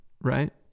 Right